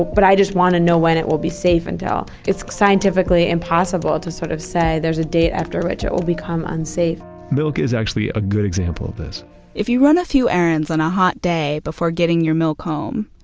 but i just want to know when it will be safe until. it's scientifically impossible to sort of say there's a date after which it will become unsafe milk is actually a good example of this if you run a few errands on a hot day before getting your milk home,